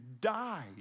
died